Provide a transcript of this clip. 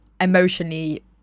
emotionally